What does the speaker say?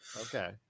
okay